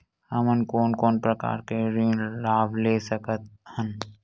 हमन कोन कोन प्रकार के ऋण लाभ ले सकत हन?